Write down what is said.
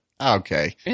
Okay